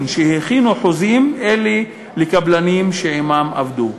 שהכינו חוזים אלה לקבלנים שעמם עבדו.